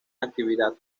actividad